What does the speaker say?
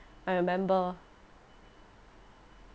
I remember